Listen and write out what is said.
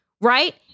right